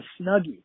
Snuggie